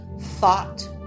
thought